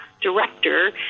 director